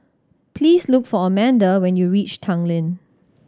please look for Amanda when you reach Tanglin